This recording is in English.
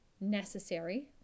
necessary